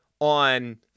on